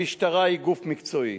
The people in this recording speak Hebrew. המשטרה היא גוף מקצועי